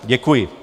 Děkuji.